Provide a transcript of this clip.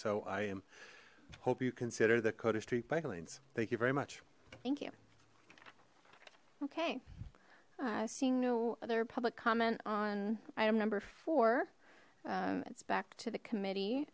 so i am hope you consider that cota street bike lanes thank you very much thank you okay i see no other public comment on item number four it's back to the committee